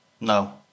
No